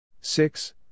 six